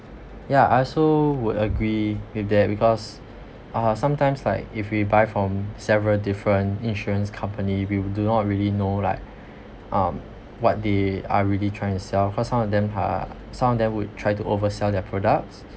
ya I also would agree with that because uh sometimes like if we buy from several different insurance company we will do not really know like um what they are really trying to sell cause some of them are some of them would try to oversell their products